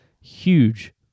huge